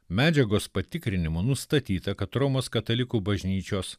medžiagos patikrinimu nustatyta kad romos katalikų bažnyčios